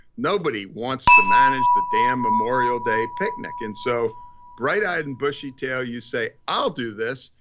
nobody wants to manage the damn memorial day picnic. and so bright eyed and bushy tailed you say, i'll do this.